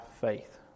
faith